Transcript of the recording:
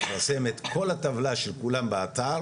מפרסמים את כל הטבלה של כולם באתר,